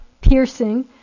piercing